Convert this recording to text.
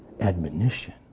admonition